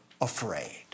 afraid